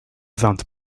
ddant